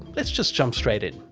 let's just jump straight in.